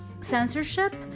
censorship